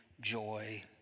joy